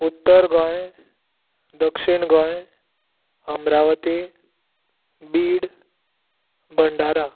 उत्तर गोंय दक्षिण गोंय अम्रावती बीड भंडारा